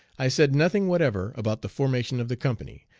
i said nothing whatever about the formation of the company.